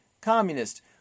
communist